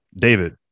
david